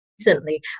recently